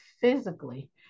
Physically